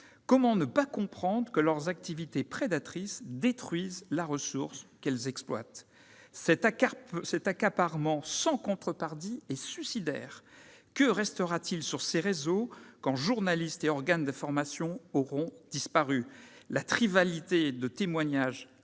comment ne pas comprendre que leurs activités prédatrices détruisent la ressource qu'elles exploitent ? Absolument ! Cet accaparement sans contrepartie est suicidaire. Que restera-t-il sur ces réseaux quand journalistes et organes d'information auront disparu ?